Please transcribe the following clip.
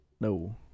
No